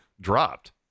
dropped